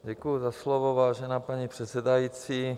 Děkuji za slovo, vážená paní předsedající.